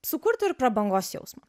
sukurtų ir prabangos jausmą